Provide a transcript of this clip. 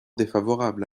défavorable